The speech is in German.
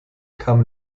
kam